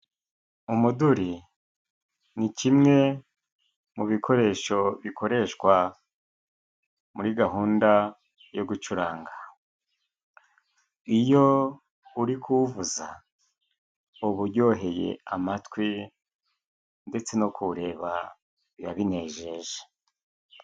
Umuduri ni kimwe mu bikoresho bikoreshwa muri gahunda yo gucuranga. Iyo uri kuwuvuza uba uryoheye amatwi ndetse no kuwureba biba binejeje.